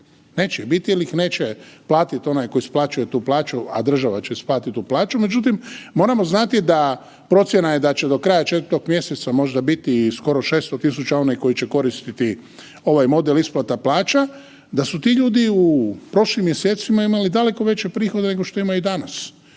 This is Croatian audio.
neće ih biti jel ih neće platiti tko isplaćuje tu plaću, a država će isplatiti tu plaću. Međutim, moramo znati da je procjena da će do kraja 4. Mjeseca možda biti skoro 600.000 onih koji će koristiti ovaj model isplata plaća da su ti ljudi u prošlim mjesecima imali daleko veće prihode nego što imaju danas